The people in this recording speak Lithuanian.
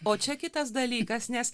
o čia kitas dalykas nes